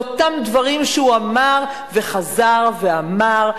לאותם דברים שהוא אמר וחזר ואמר,